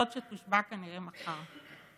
זאת שתושבע כנראה מחר.